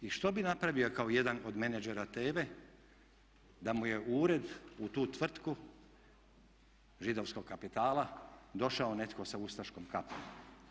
I što bi napravio kao jedan od menadžera TEVA-e da mu je ured u tu tvrtku židovskog kapitala došao netko sa ustaškom kapom.